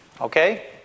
Okay